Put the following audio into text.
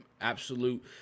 absolute